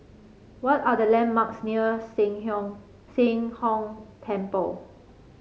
what are the landmarks near Sheng Sheng Hong Temple